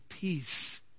peace